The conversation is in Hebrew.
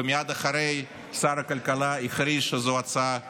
ומייד אחרי כן שר הכלכלה הכריז שזו הצעה טובה.